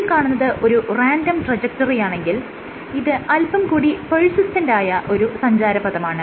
ഈ കാണുന്നത് ഒരു റാൻഡം ട്രജക്ടറിയാണെങ്കിൽ ഇത് അല്പം കൂടി പെർസിസ്റ്റന്റ് ആയ ഒരു സഞ്ചാരപഥമാണ്